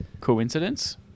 coincidence